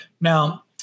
Now